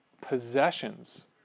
possessions